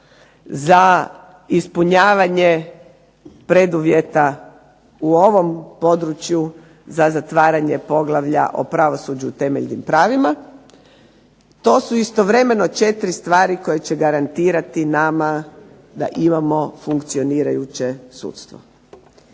za ispunjavanje preduvjeta u ovom području za zatvaranje poglavlja o pravosuđu i temeljnim pravima. To su istovremeno 4 stvari koje će garantirati nama da imamo funkcionirajuće sudstvo.